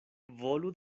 volu